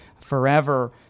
forever